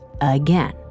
again